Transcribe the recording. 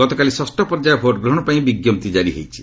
ଗତକାଲି ଷଷ୍ଠ ପର୍ଯ୍ୟାୟ ଭୋଟ୍ଗ୍ରହଣ ପାଇଁ ବିଜ୍ଞପ୍ତି କାରି ହୋଇଛି